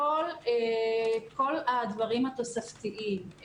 כל הדברים התוספתיים,